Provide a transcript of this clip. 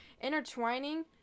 intertwining